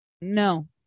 no